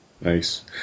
Nice